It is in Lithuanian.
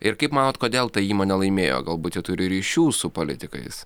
ir kaip manot kodėl ta įmonė laimėjo galbūt ji turi ryšių su politikais